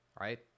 right